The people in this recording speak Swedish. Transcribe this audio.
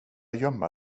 gömma